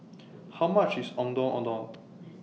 How much IS Ondeh Ondeh